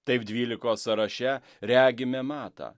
taip dvylikos sąraše regime matą